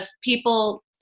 people